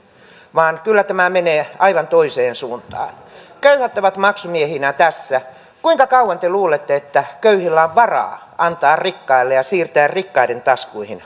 vaan kyllä tämä menee aivan toiseen suuntaan köyhät ovat maksumiehinä tässä kuinka kauan te luulette että köyhillä on varaa antaa rikkaille ja siirtää rikkaiden taskuihin